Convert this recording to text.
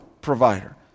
provider